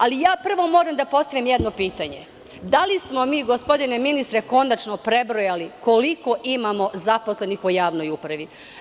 Ali, ja prvo moram da postavim jedno pitanje – da li smo mi, gospodine ministre, konačno prebrojali koliko imamo zaposlenih u javnoj upravi?